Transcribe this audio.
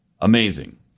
amazing